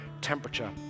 temperature